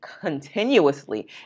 continuously